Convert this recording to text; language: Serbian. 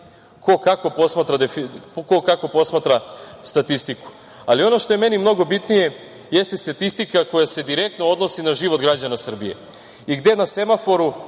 ko kako posmatra statistiku, ali ono što je meni mnogo bitnije jeste statistika koja se direktno odnosi na život građana Srbije i gde na semaforu,